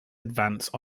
advance